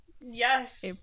Yes